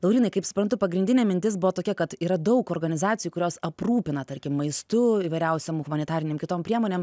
laurynai kaip suprantu pagrindinė mintis buvo tokia kad yra daug organizacijų kurios aprūpina tarkim maistu įvairiausiom humanitarinėm kitom priemonėm